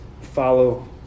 Follow